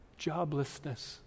joblessness